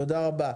תודה רבה.